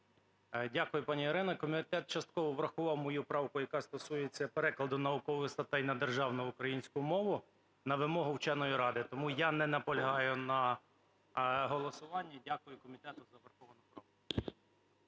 Дякую, пані Ірино. Комітет частково врахував мою правку, яка стосується перекладу наукових статей на державну українську мову на вимогу вченої ради. Тому я не наполягаю на голосуванні. Дякую комітету за враховану правку.